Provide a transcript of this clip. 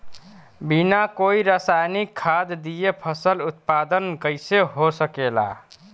बिना कोई रसायनिक खाद दिए फसल उत्पादन कइसे हो सकेला?